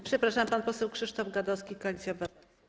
Przepraszam, pan poseł Krzysztof Gadowski, Koalicja Obywatelska.